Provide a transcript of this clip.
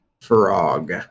frog